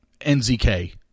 NZK